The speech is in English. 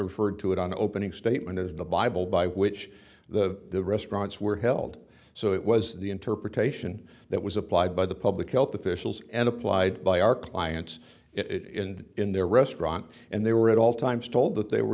referred to it on the opening statement as the bible by which the restaurants were held so it was the interpretation that was applied by the public health officials and applied by our clients it in the in their restaurant and they were at all times told that they were